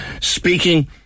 Speaking